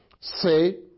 Say